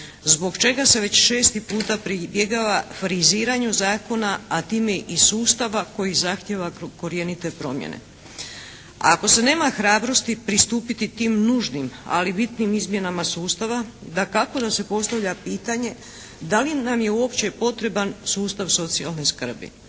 zbog čega se već šesti puta pribjegava friziranju zakona a time i sustava koji zahtjeva korijenite promjene. Ako se nema hrabrosti pristupiti tim nužnim ali bitnim izmjenama sustava dakako da se postavlja pitanje da li nam je uopće potreban sustav socijalne skrbi?